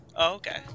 Okay